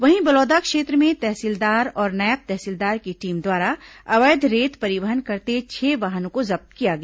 वहीं बलौदा क्षेत्र में तहसीलदार और नायब तहसीलदार की टीम द्वारा अवैध रेत परिवहन करते छह वाहनों को जब्त किया गया